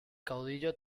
caudillo